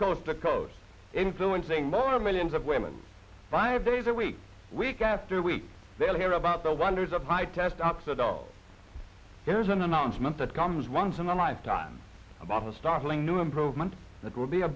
coast to coast influencing more millions of women five days a week week after week they'll hear about the wonders of high test ups at all there's an announcement that comes once in a lifetime about a startling new improvement that will be a